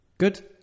Good